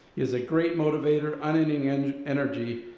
is a great motivator, unending and energy,